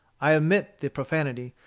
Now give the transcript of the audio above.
i omit the profanity,